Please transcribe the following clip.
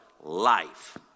life